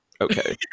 okay